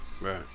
Right